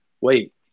wait